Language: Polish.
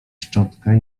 szczotkę